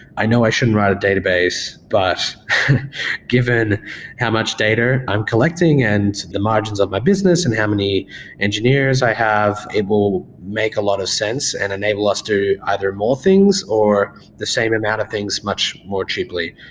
i know i shouldn't write a database, but given how much data i'm collecting and the margins of my business and how many engineers i have, it will make a lot of sense and enable us to do either more things or the same amount of things much more achievelly.